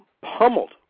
pummeled